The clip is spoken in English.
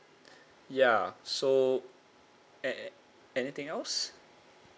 yeah so an~ anything else